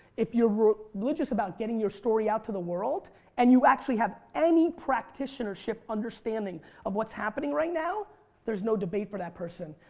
if you're religious about getting your story out to the world and you actually have any practitioner-ship understanding of what's happening right now there is no debate for that person.